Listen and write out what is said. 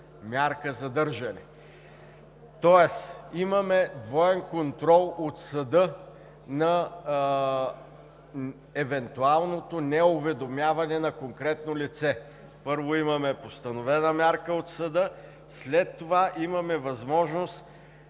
мярка „задържане“, тоест имаме двоен контрол от съда за евентуалното неуведомяване на конкретно лице. Първо, имаме постановена мярка от съда, а след това имаме възможност